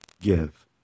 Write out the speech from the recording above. give